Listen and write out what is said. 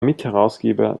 mitherausgeber